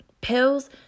Pills